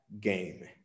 Game